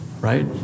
right